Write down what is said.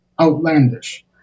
outlandish